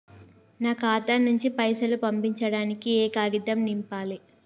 నా ఖాతా నుంచి పైసలు పంపించడానికి ఏ కాగితం నింపాలే?